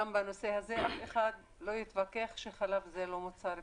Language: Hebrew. גם בנושא הזה אף אחד לא יתווכח שחלב זה לא מוצר בסיסי.